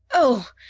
oh!